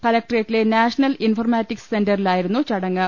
കലക്ടറേറ്റിലെ national informatics സെന്ററിലായിരുന്നു ചടങ്ങ്